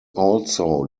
also